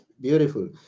beautiful